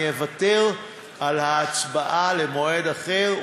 אני אוותר על ההצבעה עד למועד אחר,